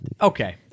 okay